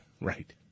Right